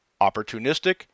opportunistic